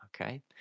Okay